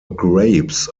grapes